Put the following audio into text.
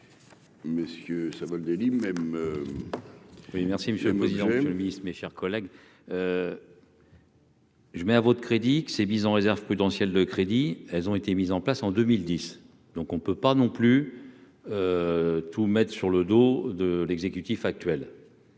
Messieurs Savoldelli même. Oui, merci Monsieur le Président, Clovis, mes chers collègues. Je mets à votre crédit que ces mises en réserve prudentielles de crédit, elles ont été mises en place en 2010, donc on ne peut pas non plus tout mettre sur le dos de l'exécutif actuel.